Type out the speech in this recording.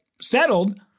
settled